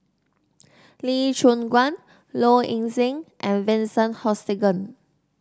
Lee Choon Guan Low Ing Sing and Vincent Hoisington